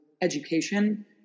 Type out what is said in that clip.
education